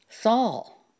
Saul